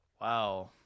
Wow